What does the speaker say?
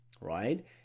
right